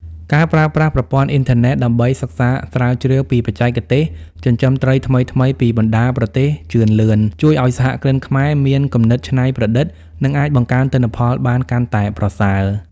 ការប្រើប្រាស់ប្រព័ន្ធអ៊ីនធឺណិតដើម្បីសិក្សាស្រាវជ្រាវពីបច្ចេកទេសចិញ្ចឹមត្រីថ្មីៗពីបណ្ដាប្រទេសជឿនលឿន ជួយឱ្យសហគ្រិនខ្មែរមានគំនិតច្នៃប្រឌិត និងអាចបង្កើនទិន្នផលបានកាន់តែប្រសើរ។